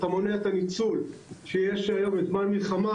אז אתה מונע את הניצול שיש היום בזמן מלחמה,